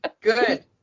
Good